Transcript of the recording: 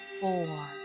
four